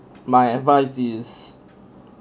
my advice is